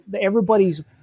everybody's